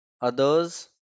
others